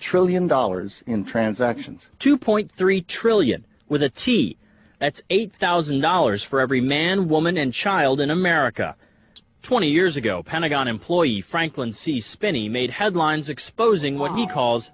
trillion dollars in transactions two point three trillion with a t that's eight thousand dollars for every man woman and child in america twenty years ago pentagon employee franklin see spenny made headlines exposing what he calls